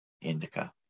indica